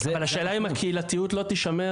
אבל השאלה היא האם הקהילתיות לא תישמר?